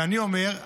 ואני אומר,